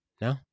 No